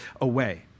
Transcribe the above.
away